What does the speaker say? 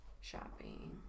shopping